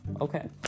okay